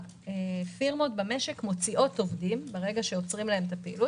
הפירמות במשק כאשר עוצרים להן את הפעילות